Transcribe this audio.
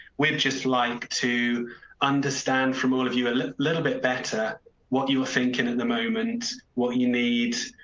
we've just like to understand from all of you a little bit better what you were thinking at the moment, what you need,